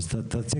כל